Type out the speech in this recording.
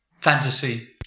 Fantasy